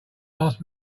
last